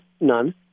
none